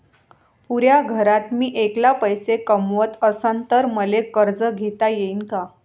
पुऱ्या घरात मी ऐकला पैसे कमवत असन तर मले कर्ज घेता येईन का?